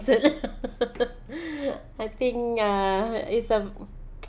I think uh it's some